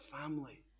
family